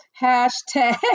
Hashtag